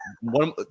one